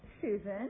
Susan